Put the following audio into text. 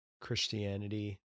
Christianity